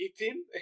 eating